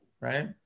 right